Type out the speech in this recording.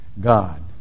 God